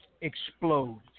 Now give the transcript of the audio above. explodes